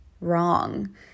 wrong